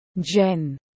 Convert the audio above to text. Jen